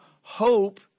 hope